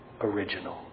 original